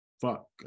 fuck